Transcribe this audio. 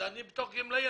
אני בתור גמלאי,